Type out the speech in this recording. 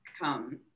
come